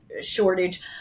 shortage